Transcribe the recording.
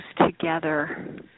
together